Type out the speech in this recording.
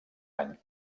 any